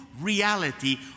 reality